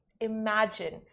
imagine